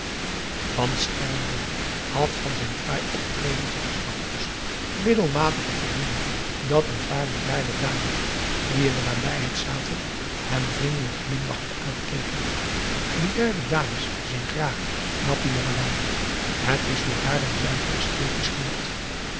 van schermbeek had van zijn fraai optreden slechts de hoogst middelmatige voldoening dat een paar bejaarde dames die in de nabijheid zaten hem vriendelijk glimlachend aankeken bejaarde dames zien graag knappe jongelui het is voor haar een zuiver aesthetisch genot